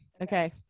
Okay